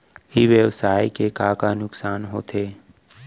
ई व्यवसाय के का का नुक़सान होथे?